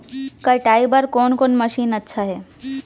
कटाई बर कोन कोन मशीन अच्छा हे?